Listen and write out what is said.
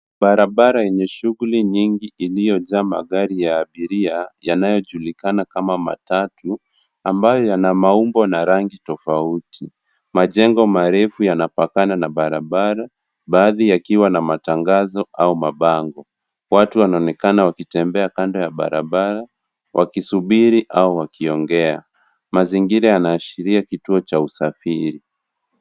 Barabara yenye shughuli nyingi iliyojaa magari ya abiria yanayojulikana kama matatu ambayo yana maumbo na rangi tofauti. Majengo marefu yanapakana na barabara, baadhi yakiwa na matangazo au mabango. Watu wanaonekana wakitembea kando ya barabara wakisubiri au wakiongea. Mazingira yanaashiria kituo cha usafiri.